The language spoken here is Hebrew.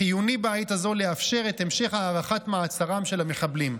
חיוני בעת הזו לאפשר את המשך הארכת מעצרם של המחבלים.